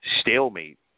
stalemate